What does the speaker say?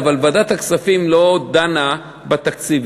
אבל ועדת הכספים לא דנה בתקציב,